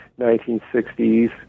1960s